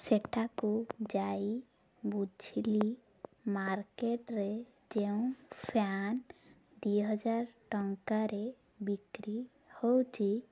ସେଠାକୁ ଯାଇ ବୁଝିଲି ମାର୍କେଟରେ ଯେଉଁ ଫ୍ୟାନ୍ ଦିହଜାର ଟଙ୍କାରେ ବିକ୍ରି ହେଉଛି